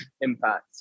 impact